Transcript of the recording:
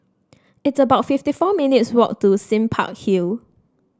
it's about fifty four minutes' walk to Sime Park Hill